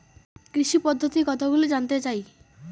কৃষি পদ্ধতি কতগুলি জানতে চাই?